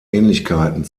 ähnlichkeiten